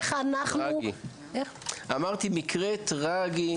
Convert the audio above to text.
זה מקרה טרגי.